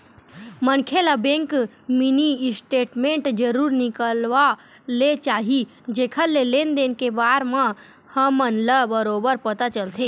मनखे ल bank mini statement जरूर निकलवा ले चाही जेखर ले लेन देन के बार म हमन ल बरोबर पता चलथे